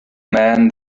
man